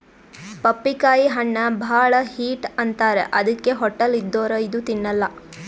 ಪಪ್ಪಿಕಾಯಿ ಹಣ್ಣ್ ಭಾಳ್ ಹೀಟ್ ಅಂತಾರ್ ಅದಕ್ಕೆ ಹೊಟ್ಟಲ್ ಇದ್ದೋರ್ ಇದು ತಿನ್ನಲ್ಲಾ